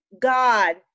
god